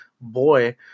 Boy